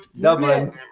Dublin